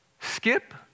skip